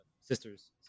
sister's